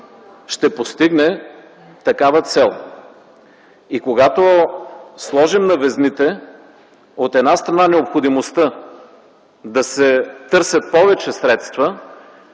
ще постигне такава цел и когато сложим на везните, от една страна, необходимостта да се търсят повече средства